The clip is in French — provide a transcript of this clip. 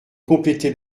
compléter